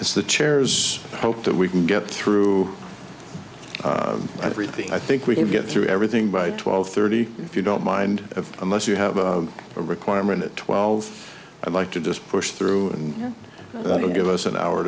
it's the chairs hope that we can get through everything i think we can get through everything by twelve thirty if you don't mind of unless you have a requirement at twelve i'd like to just push through and give us an hour